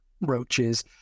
roaches